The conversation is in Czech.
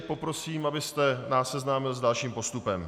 Poprosím, abyste nás seznámil s dalším postupem.